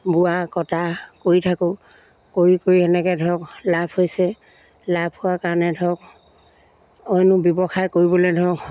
বোৱা কটা কৰি থাকোঁ কৰি কৰি তেনেকৈ ধৰক লাভ হৈছে লাভ হোৱাৰ কাৰণে ধৰক অইনো ব্যৱসায় কৰিবলে ধৰক